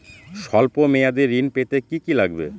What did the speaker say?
সল্প মেয়াদী ঋণ পেতে কি কি লাগবে?